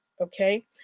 okay